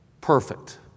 perfect